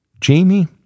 Jamie